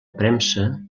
premsa